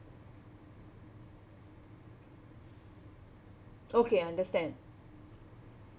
okay understand